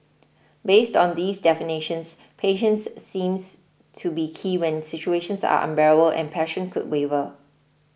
based on these definitions patience seems to be key when situations are unbearable and passion could waver